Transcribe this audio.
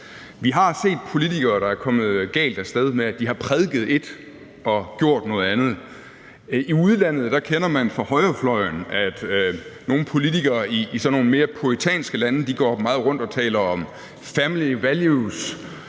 Vi har set politikere, der er kommet galt af sted, for de har prædiket ét, men gjort noget andet. I udlandet kender man det fra højrefløjen, at nogle politikere i sådan mere puritanske lande går rundt og taler meget om family values